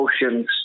emotions